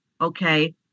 Okay